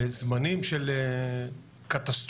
בזמנים של קטסטרופות,